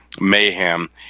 mayhem